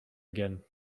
again